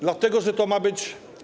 Dlatego że to ma być.